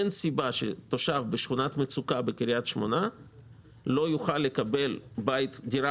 אין סיבה שתושב בשכונת מצוקה בקריית שמונה לא יוכל לקבל דירה